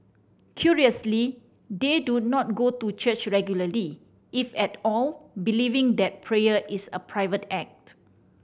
curiously they do not go to church regularly if at all believing that prayer is a private act